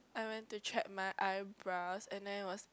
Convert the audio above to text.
I went to thread my eyebrows and then it was